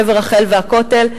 קבר רחל והכותל.